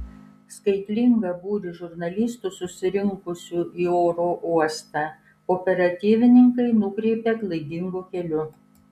skaitlingą būrį žurnalistų susirinkusių į oro uostą operatyvininkai nukreipė klaidingu keliu